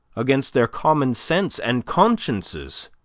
against their common sense and consciences,